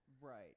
right